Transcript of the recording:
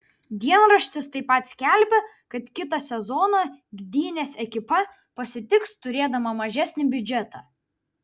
dienraštis taip pat skelbia kad kitą sezoną gdynės ekipa pasitiks turėdama mažesnį biudžetą